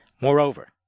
Moreover